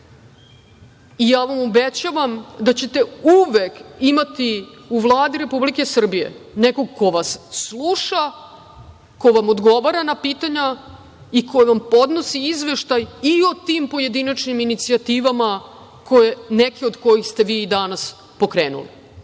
vam obećavam da ćete uvek imati u Vladi Republike Srbije nekog ko vas sluša, ko vam odgovara na pitanja i ko vam podnosi izveštaj i o tim pojedinačnim inicijativama, neke od kojih ste vi i danas pokrenuli. Hvala